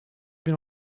bin